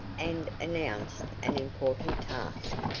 and announced an important task.